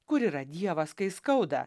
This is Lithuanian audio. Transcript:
kur yra dievas kai skauda